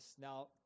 Now